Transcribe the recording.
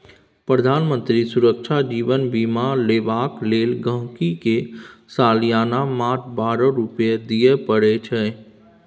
प्रधानमंत्री सुरक्षा जीबन बीमा लेबाक लेल गांहिकी के सलियाना मात्र बारह रुपा दियै परै छै